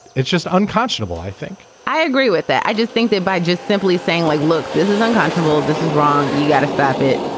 it's just unconscionable, i think i agree with that. i just think that by just simply saying like, look, this is unconscionable. this is wrong. you gotta stop it.